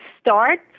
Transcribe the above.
start